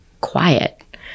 quiet